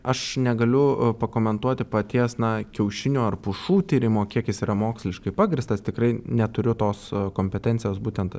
aš negaliu pakomentuoti paties na kiaušinio ar pušų tyrimo kiek jis yra moksliškai pagrįstas tikrai neturiu tos kompetencijos būtent